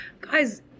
guys